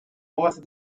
both